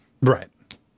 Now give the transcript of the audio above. right